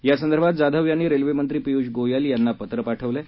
यासंदर्भात जाधव यांनी रेल्वेमंत्री पियुष गोयल यांना पत्र पाठवलं आहे